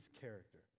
character